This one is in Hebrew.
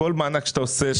בכל מענק שאתה עושה,